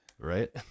right